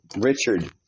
Richard